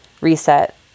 reset